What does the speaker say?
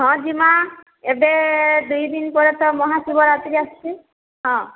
ହଁ ଜିମା ଏବେ ଦୁଇ ଦିନ ପରେ ତ ମହା ଶିବରାତ୍ରି ଆସୁଛି ହଁ